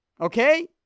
Okay